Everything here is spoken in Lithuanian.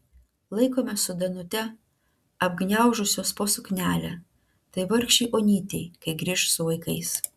laikome su danute apgniaužusios po suknelę tai vargšei onytei kai grįš su vaikais